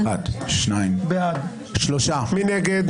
מי נגד?